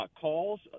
calls